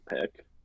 pick